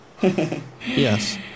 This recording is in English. Yes